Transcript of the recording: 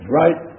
right